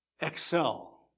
Excel